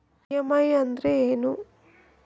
EMI ಅಂದ್ರೇನು?